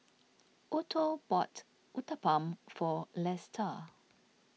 Otho bought Uthapam for Lesta